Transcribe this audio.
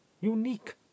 unique